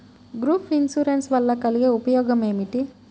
Group insurance వలన కలిగే ఉపయోగమేమిటీ?